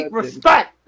respect